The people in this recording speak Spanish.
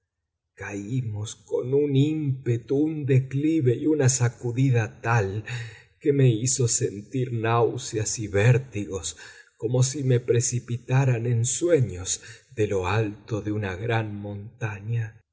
caímos con un ímpetu un declive y una sacudida tal que me hizo sentir náuseas y vértigos como si me precipitaran en sueños de lo alto de una gran montaña